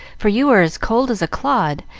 for you are as cold as a clod,